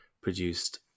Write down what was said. produced